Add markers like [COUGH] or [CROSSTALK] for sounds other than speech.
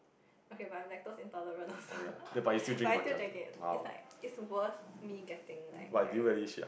okay but I am lactose intolerant also [LAUGHS] but I still drink it its like its worth me like getting diarrhoea